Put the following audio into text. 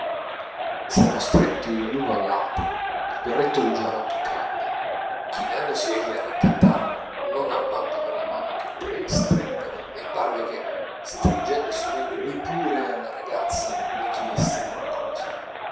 s'erano stretti l'uno all'altra il berretto del giovanotto cadde chinandosi egli a raccattarlo non abbandonò la mano che teneva stretta e parve che stringendosi meglio lui pure alla ragazza le chiedesse qualcosa